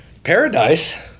paradise